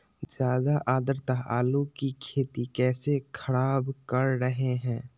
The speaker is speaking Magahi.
ज्यादा आद्रता आलू की खेती कैसे खराब कर रहे हैं?